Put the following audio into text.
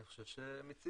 אני חושב שמיציתי.